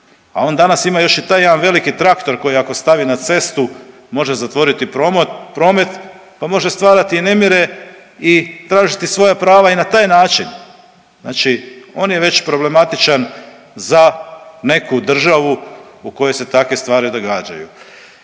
a on danas ima još i taj jedan veliki traktor koji ako stavi na cestu može zatvoriti promet, pa može stvarat nemire i tražiti svoja prava i na taj način, znači on je već problematičan za neku državu u kojoj se takve stvari događaju.